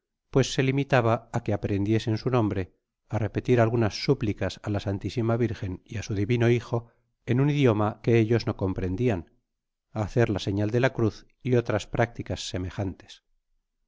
pues que ella se limitaba á ensenarles su nombre á repetir algunas sú plicas á la santa virgen y á su hijo en una lengua que ellos no comprendian á hacer la señal de la cruz y otras prácticas semejantes